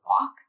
walk